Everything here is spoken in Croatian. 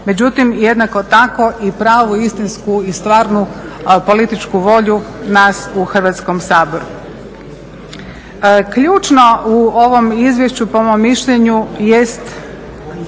međutim jednako tako i pravu istinsku i stvarnu političku volju nas u Hrvatskom saboru. Ključno u ovom izvješću po mom mišljenju jest